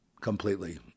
completely